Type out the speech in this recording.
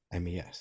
MES